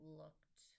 looked